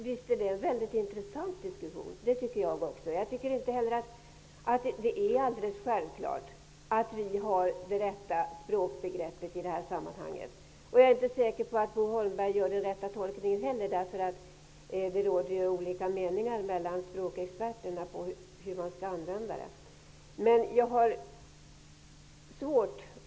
Visst är det en mycket intressant diskussion. Det tycker jag också. Jag tycker inte heller att det är alldeles självklart att vi har det rätta språkbegreppet i det här sammanhanget. Jag är inte säker på att Bo Holmberg gör den rätta tolkningen heller. Det råder olika meningar mellan språkexperterna om hur man skall använda begreppen.